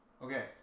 Okay